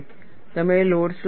તમે લોડ્સ લાગુ કરો